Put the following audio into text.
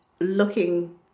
looking